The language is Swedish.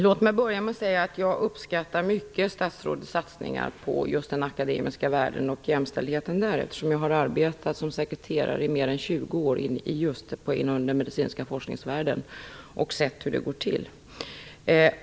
Låt mig börja med att säga att jag uppskattar mycket statsrådets satsningar på den akademiska världen och jämställdheten där, eftersom jag har arbetat som sekreterare i mer än 20 år inom den medicinska forskningsvärlden och sett hur det går till.